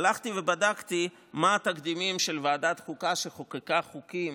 הלכתי ובדקתי מה התקדימים של ועדת החוקה שחוקקה חוקים